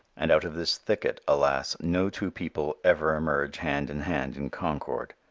and out of this thicket, alas, no two people ever emerge hand in hand in concord.